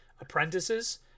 apprentices